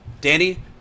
Danny